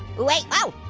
wait, oh,